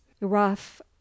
rough